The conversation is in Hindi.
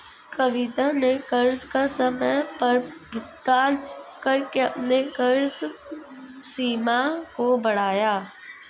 कविता ने कर्ज का समय पर भुगतान करके अपने कर्ज सीमा को बढ़ाया